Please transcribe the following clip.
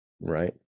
right